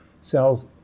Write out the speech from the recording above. cells